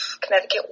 Connecticut